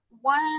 one